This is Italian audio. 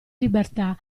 libertà